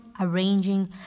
arranging